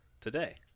today